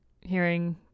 hearing